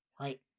Right